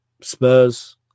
Spurs